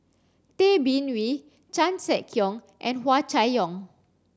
Tay Bin Wee Chan Sek Keong and Hua Chai Yong